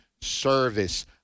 service